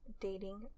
dating